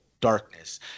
darkness